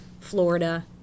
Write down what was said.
Florida